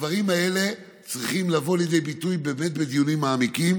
הדברים האלה צריכים לבוא לידי ביטוי באמת בדיונים מעמיקים,